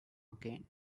again